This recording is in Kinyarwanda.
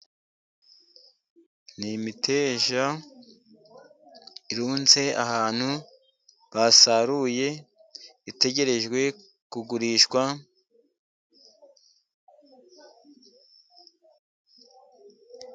N'imiteja irunze ahantu basaruye itegereje kugurishwa.